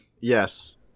Yes